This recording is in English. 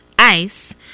ICE